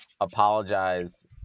apologize